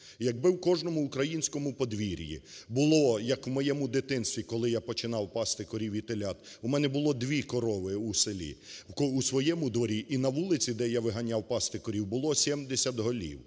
якби в кожному українському подвір'ї було, як в моєму дитинстві, коли я починав пасти корів і телят, у мене було дві корови у селі, у своєму дворі і на вулиці, де я виганяв пасти корів, було 70 голів.